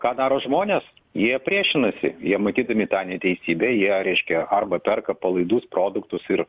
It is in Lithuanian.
ką daro žmonės jie priešinasi jie matydami tą neteisybę jie reiškia arba perka palaidus produktus ir